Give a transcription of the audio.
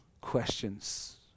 questions